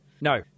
No